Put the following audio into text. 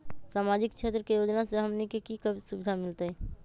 सामाजिक क्षेत्र के योजना से हमनी के की सुविधा मिलतै?